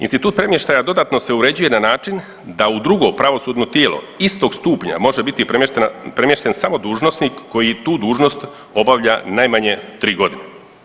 Institut premještaja dodatno se uređuje na način da u drugo pravosudno tijelo istog stupnja može biti premješten samo dužnosnik koji tu dužnost obavlja najmanje 3 godine.